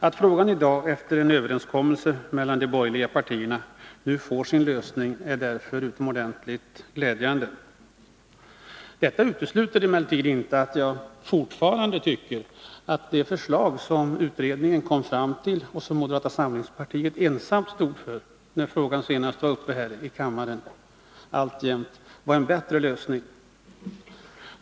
Att frågan i dag, efter en överenskommelse mellan de borgerliga partierna, nu får sin lösning är därför utomordentligt glädjande. Detta utesluter emellertid inte att jag fortfarande tycker att det förslag som utredningen kom fram till och som moderata samlingspartiet ensamt stod för när frågan senast var uppe här i kammaren hade varit en bättre lösning.